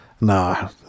no